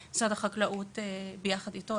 אז משרד החקלאות ביחד איתנו,